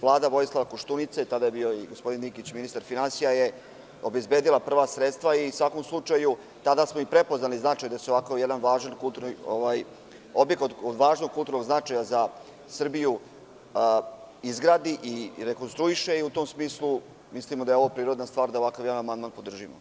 Vlada Vojislava Koštunice, tada je bio gospodin Dinkić ministar finansija, je obezbedila prva sredstva i u svakom slučaju tada smo i prepoznali značaj da se ovako jedan važan objekat od važnog kulturnog značaja za Srbiju izgradi i rekonstruiše i u tom smislu mislimo da je ovo prirodna stvar da ovakav jedan amandman podržimo.